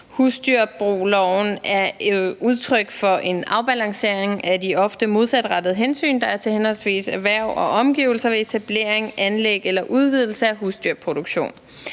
Husdyrbrugloven er udtryk for en afbalancering af de ofte modsatrettede hensyn, der er til henholdsvis erhverv og omgivelser ved etablering, anlæg eller udvidelse af husdyrproduktion.